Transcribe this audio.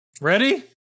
Ready